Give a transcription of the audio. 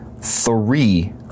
three